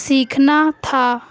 سیکھنا تھا